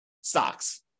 stocks